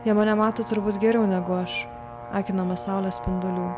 jie mane mato turbūt geriau negu aš akinama saulės spindulių